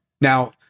Now